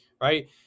right